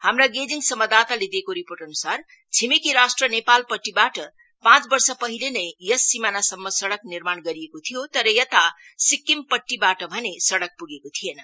हाम्रा गेजिङ सम्बाददाताले दिएको रिपोर्टअनुसार छिमेकी राष्ट्र नेपालपट्टिबाट पाँच वर्षपहिले नै यस सीमानासम्म सड़क निर्माण गरिएको थियो तर यता सिक्किमपट्टीबाट सड़क पुगेको थिएन